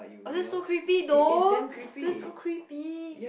oh that's so creepy though that's so creepy